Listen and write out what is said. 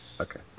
okay